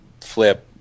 flip